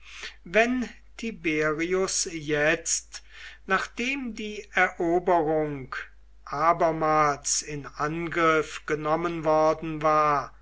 wenn tiberius jetzt nachdem die eroberung abermals in angriff genommen worden war